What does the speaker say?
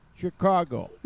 Chicago